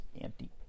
empty